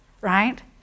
right